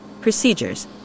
procedures